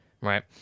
right